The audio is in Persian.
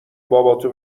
باباتو